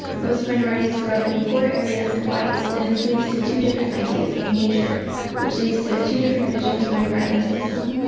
most minorities grow up in poorer areas than and whites and this leads to two different ideas of nature which leads to two different visions for environmentalism.